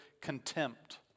contempt